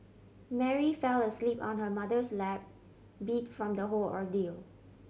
Mary fell asleep on her mother's lap beat from the whole ordeal